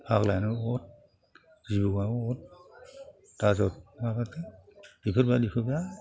फाग्लायानो अर जिबौआनो अर आरो मा होनो बेफोरबादिखौ गासिबो